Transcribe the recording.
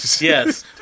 Yes